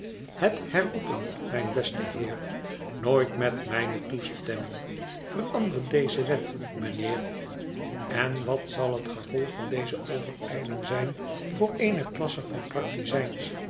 het herroepen mijn beste heer nooit met mijne toestemming verander deze wet mijnheer en wat zal het gevolg van deze overijling zijn voor eene klasse van praktizijns